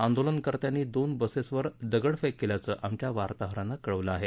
आंदोलनकर्त्यांनी दोन बसेसवर दगडफेक केल्याचं आमच्या वार्ताहरानं कळवलं आहे